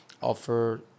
offer